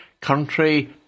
country